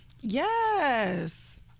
Yes